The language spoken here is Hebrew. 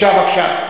בבקשה, בבקשה.